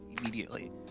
immediately